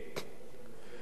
הממשלה הזאת,